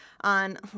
on